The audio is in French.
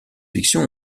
fiction